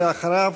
ואחריו,